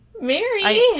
Mary